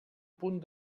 punt